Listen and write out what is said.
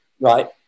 right